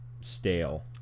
stale